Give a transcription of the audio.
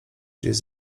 gdzieś